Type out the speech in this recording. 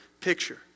picture